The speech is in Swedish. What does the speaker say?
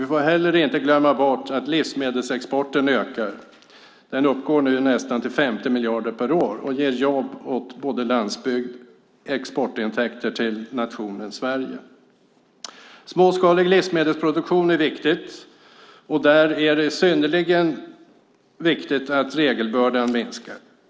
Vi får heller inte glömma bort att livsmedelsexporten ökar. Den uppgår nu till nästan 50 miljarder per år och ger både jobb åt landsbygden och exportintäkter åt nationen Sverige. Småskalig livsmedelsproduktion är viktig. Där är det synnerligen viktigt att regelbördan minskar.